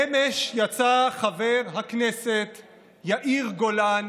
אמש יצא חבר הכנסת יאיר גולן